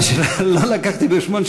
רק שמה שלא הבאתי בחשבון,